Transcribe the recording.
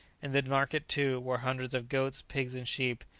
in the market, too, were hundreds of goats, pigs and sheep,